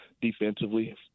defensively